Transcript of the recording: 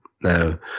now